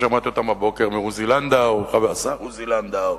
ששמעתי אותן הבוקר מהשר עוזי לנדאו,